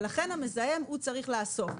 ולכן המזהם צריך לאסוף.